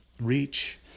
reach